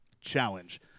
challenge